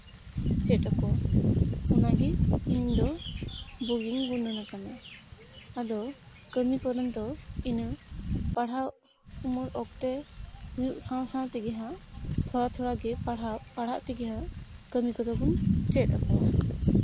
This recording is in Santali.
ᱪᱮᱫ ᱟᱠᱚᱣᱟ ᱚᱱᱟᱜᱮ ᱤᱧᱫᱚ ᱵᱩᱜᱤᱧ ᱜᱩᱱᱟᱹᱱ ᱟᱠᱟᱱᱟ ᱟᱫᱚ ᱠᱟᱹᱢᱤ ᱠᱚᱨᱮᱱ ᱫᱚ ᱤᱱᱟᱹ ᱯᱟᱲᱦᱟᱣ ᱩᱢᱟᱹᱨ ᱚᱠᱛᱮ ᱦᱩᱭᱩᱜ ᱥᱟᱶ ᱥᱟᱶ ᱛᱮᱜᱮ ᱦᱟᱸᱜ ᱛᱷᱚᱲᱟ ᱛᱷᱚᱲᱟᱜᱮ ᱯᱟᱲᱦᱟᱣ ᱯᱟᱲᱦᱟᱣ ᱛᱮᱜᱮ ᱦᱟᱸᱜ ᱠᱟᱹᱢᱤ ᱠᱚᱫᱚᱵᱚᱱ ᱪᱮᱫ ᱟᱠᱚᱣᱟ